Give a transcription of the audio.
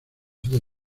the